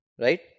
Right